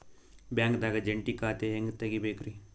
ಬ್ಯಾಂಕ್ದಾಗ ಜಂಟಿ ಖಾತೆ ಹೆಂಗ್ ತಗಿಬೇಕ್ರಿ?